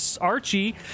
Archie